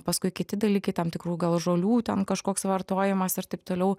paskui kiti dalykai tam tikrų gal žolių ten kažkoks vartojimas ir taip toliau